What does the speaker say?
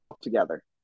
together